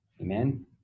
Amen